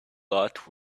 lot